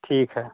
ठीक है